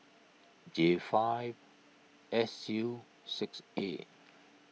J five S U six A